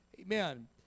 Amen